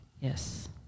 Yes